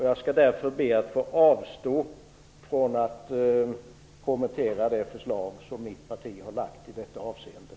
Jag skall därför be att få avstå från att kommentera det förslag som mitt parti har lagt fram i detta avseende.